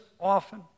often